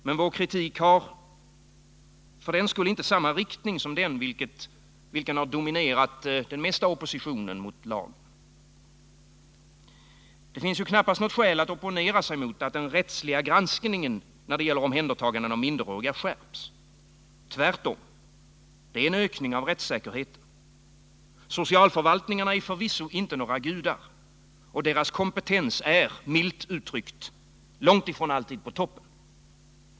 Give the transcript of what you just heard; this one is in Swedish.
Men vår kritik har för den skull inte samma inriktning som den kritik som dominerar oppositionen mot lagen. Det finns knappast något skäl att opponera sig mot att den rättsliga granskningen av omhändertaganden av minderåriga skärps. Tvärtom. Det är en ökning av rättssäkerheten. Socialförvaltningarna är förvisso inga gudar och deras kompetens är milt uttryckt långt ifrån alltid på toppen.